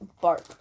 bark